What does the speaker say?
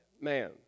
man